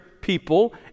people